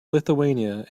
lithuania